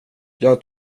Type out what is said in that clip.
jag